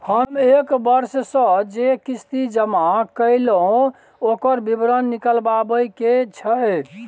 हम एक वर्ष स जे किस्ती जमा कैलौ, ओकर विवरण निकलवाबे के छै?